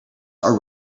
are